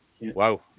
wow